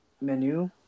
menu